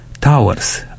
Towers